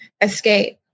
escape